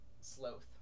Sloth